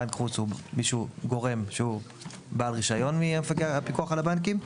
בנק חוץ הוא גורם שהוא בעל רישיון מהפיקוח על הבנקים,